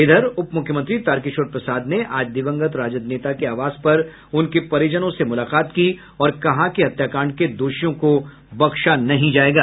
इधर उपमुख्यमंत्री तारकिशोर प्रसाद ने आज दिवंगत राजद नेता के आवास पर उनके परिजनों से मुलाकात की और कहा कि हत्याकांड के दोषियों को बख्शा नहीं जाएगा